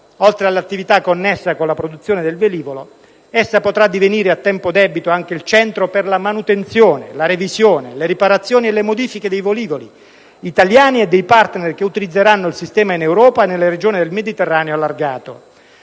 oltre alle attività connesse con la produzione del velivolo, essa potrà addivenire a tempo debito anche il centro per la manutenzione, la revisione, le riparazioni e le modifiche dei velivoli italiani e dei *partner* che utilizzeranno il sistema in Europa e nelle regioni del Mediterraneo allargato.